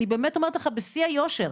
ואני באמת אומרת לך בשיא היושר,